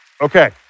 Okay